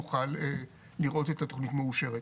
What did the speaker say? נוכל לראות את התכנית מאושרת.